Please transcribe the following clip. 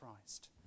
Christ